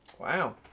Wow